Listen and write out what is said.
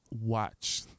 watch